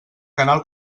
canal